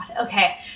Okay